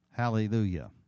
Hallelujah